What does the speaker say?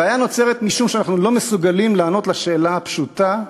הבעיה נוצרת משום שאנחנו לא מסוגלים לענות על השאלה הפשוטה,